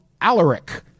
Alaric